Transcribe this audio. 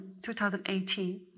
2018